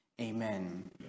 Amen